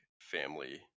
family